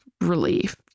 relief